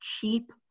cheap